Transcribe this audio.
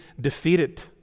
defeated